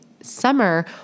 summer